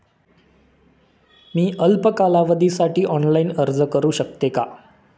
मी अल्प कालावधीसाठी ऑनलाइन अर्ज करू शकते का?